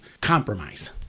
compromise